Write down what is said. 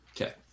Okay